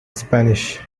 spanish